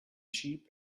sheep